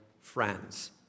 friends